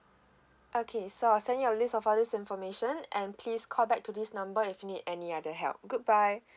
okay so I'll send you a list of all this information and please call back to this number if you need any other help goodbye